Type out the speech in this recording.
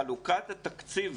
חלוקת התקציב,